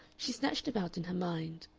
she snatched about in her mind.